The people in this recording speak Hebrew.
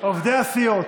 עובדי הסיעות.